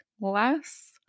less